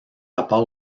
rapport